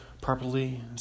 properly